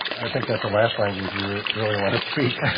i think that's the last language we we really want to speak.